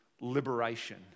liberation